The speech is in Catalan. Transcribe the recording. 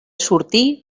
sortir